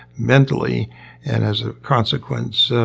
mentally. and as a consequence, so